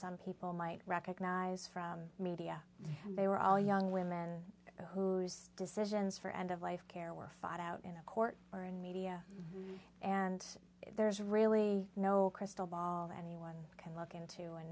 some people might recognize from media when they were all young women who decisions for end of life care were fired out in a court or in media and there's really no crystal ball that anyone can look into and